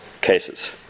cases